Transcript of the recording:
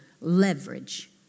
leverage